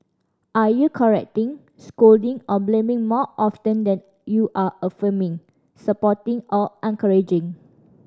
are you correcting scolding or blaming more often than you are affirming supporting or